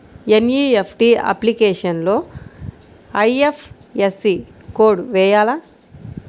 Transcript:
NEFT అప్లికేషన్లో IFSC code వేయాలా?